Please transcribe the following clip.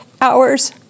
hours